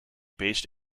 based